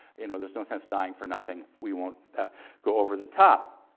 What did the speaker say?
you know there's no sense dying for nothing. we won't ah go over the top.